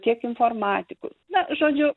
tiek informatikų na žodžiu